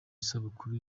isabukuru